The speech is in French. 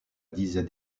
disait